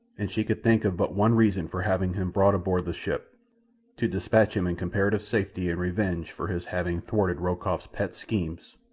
and she could think of but one reason for having him brought aboard the ship to dispatch him in comparative safety in revenge for his having thwarted rokoff's pet schemes,